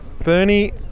bernie